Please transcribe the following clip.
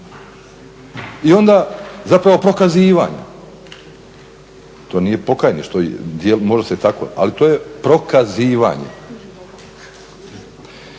I onda zapravo prokazivanja. To nije pokajništvo, može se i tako, ali to je prokazivanje.